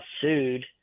sued